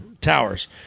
Towers